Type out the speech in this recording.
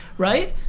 right?